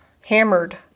hammered